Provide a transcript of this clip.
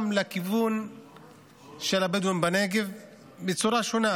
לכיוון של הבדואים בנגב בצורה שונה.